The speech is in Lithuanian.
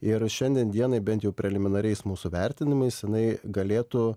ir šiandien dienai bent jau preliminariais mūsų vertinimais jinai galėtų